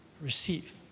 receive